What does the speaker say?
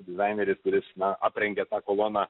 dizaineris kuris na aprengė tą koloną